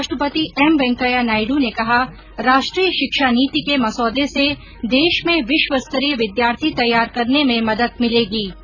उपराष्ट्रपति एम वेंकैया नायडू ने कहा राष्ट्रीय शिक्षा नीति के मसौदे से देश में विश्वस्तरीय विद्यार्थी तैयार करने में मदद मिलेगी